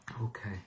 Okay